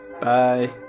Bye